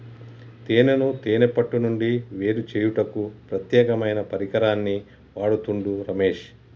తేనెను తేనే పట్టు నుండి వేరుచేయుటకు ప్రత్యేకమైన పరికరాన్ని వాడుతుండు రమేష్